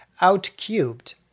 Outcubed